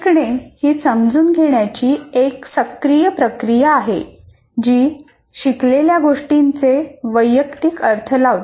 शिकणे ही समजून घेण्याची एक सक्रिय प्रक्रिया आहे जी शिकलेल्या गोष्टींचे वैयक्तिक अर्थ लावते